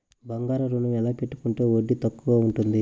బంగారు ఋణం ఎలా పెట్టుకుంటే వడ్డీ తక్కువ ఉంటుంది?